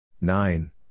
Nine